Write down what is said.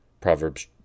Proverbs